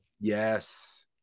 Yes